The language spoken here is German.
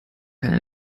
keine